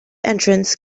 entrance